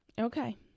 Okay